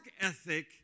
ethic